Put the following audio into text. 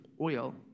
oil